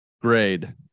grade